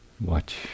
Watch